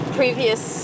previous